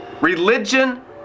Religion